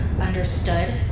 Understood